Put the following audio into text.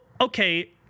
okay